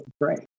great